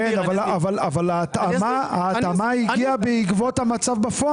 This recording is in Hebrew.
כן, אבל ההתאמה הגיעה בעקבות המצב בפועל.